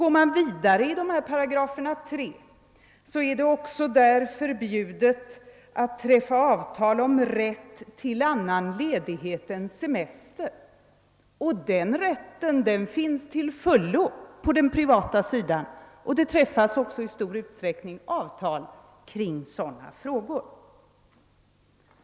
Går vi vidare när det gäller 3 8, finner vi att det enligt dessa bestämmelser är förbjudet att träffa avtal om rätt till annan ledighet än semester. Denna rätt finns till fullo på den privata sidan, och det träffas i stor utsträckning avtal i sådana frågor.